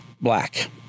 black